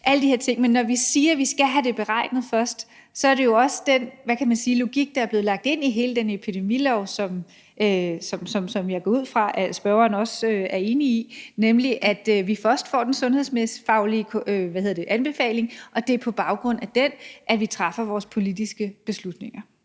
alle de her ting. Men vi siger, at vi skal have det beregnet først, og det er jo også den logik, der er blevet lagt ind i hele den epidemilov, som jeg går ud fra spørgeren også er enig i, nemlig at vi først får den sundhedsfaglige anbefaling, og at det er på baggrund af den, vi træffer vores politiske beslutninger.